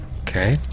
Okay